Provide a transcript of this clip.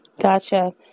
Gotcha